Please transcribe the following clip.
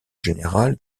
général